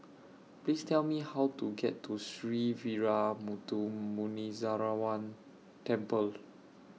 Please Tell Me How to get to Sree Veeramuthu Muneeswaran Temple